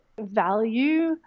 value